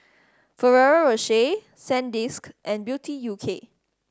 Ferrero Rocher Sandisk and Beauty U K